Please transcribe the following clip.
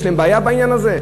יש להם בעיה בעניין הזה?